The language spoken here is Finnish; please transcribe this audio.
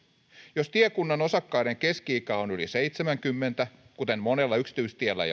jos tiekunnan osakkaiden keski ikä on yli seitsemänkymmentä kuten monella yksityistiellä